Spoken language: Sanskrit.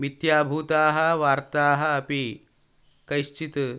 मित्याभूताः वार्ताः अपि कैश्चित्